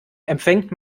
empfängt